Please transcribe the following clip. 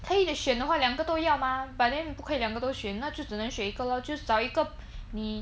可以选的话两个都要吗 but then 不可以两个都选那就只能选一个 lor 就找一个你